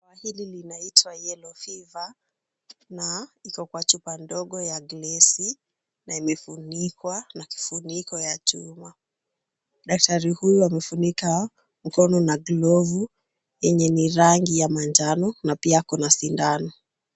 Dawa hili linaitwa yellow fever na iko kwa chupa ndogo ya glezi na imefunikwa na kifuniko ya chuma, Daktari huyu amefunika mkono na glovu yenye ni rangi ya manchano na pia ako na sindano.